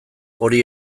hori